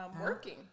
working